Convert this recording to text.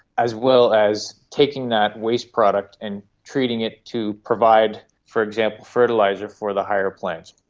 as well as taking that waste product and treating it to provide, for example, fertiliser for the higher plants.